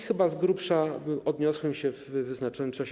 Chyba z grubsza odniosłem się w wyznaczonym czasie.